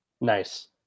Nice